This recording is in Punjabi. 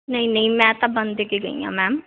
ਨਹੀਂ ਨਹੀਂ ਮੈਂ ਤਾਂ ਬੰਦ ਕੇ ਗਈ ਹਾਂ ਮੈਮ